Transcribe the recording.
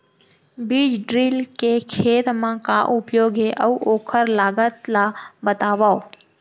बीज ड्रिल के खेत मा का उपयोग हे, अऊ ओखर लागत ला बतावव?